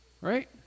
Right